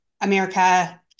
America